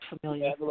familiar